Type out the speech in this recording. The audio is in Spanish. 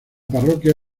parroquia